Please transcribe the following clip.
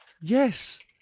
Yes